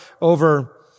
over